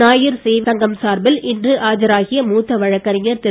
நாயர் சேவை சங்கம் சார்பாக இன்று ஆஜராகிய மூத்த வழக்கறிஞர் திரு